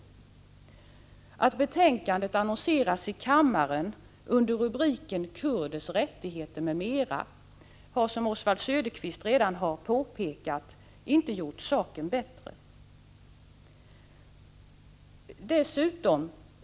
Att betänkandet annonseras på talarlistan under rubriken Kurdernas m.fl. rättigheter m.m. har, som Oswald Söderqvist redan har påpekat, inte gjort saken bättre.